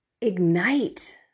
ignite